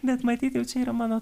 bet matyt jau čia yra mano